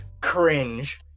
cringe